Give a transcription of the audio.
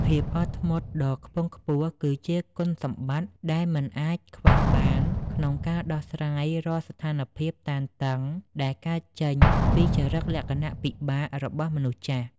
ភាពអត់ធ្មត់ដ៏ខ្ពង់ខ្ពស់គឺជាគុណសម្បត្តិដែលមិនអាចខ្វះបាន ក្នុងការដោះស្រាយរាល់ស្ថានភាពតានតឹងដែលកើតចេញពីចរិតលក្ខណៈពិបាករបស់មនុស្សចាស់។